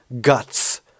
guts